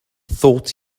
thought